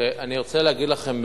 אני רוצה להגיד לכם,